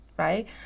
right